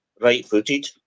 right-footed